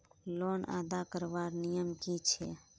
Loan अदा करवार नियम की छे?